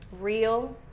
real